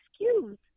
excuse